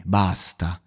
basta